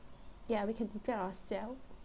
ya we can compare ourself